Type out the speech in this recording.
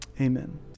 Amen